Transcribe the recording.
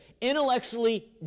intellectually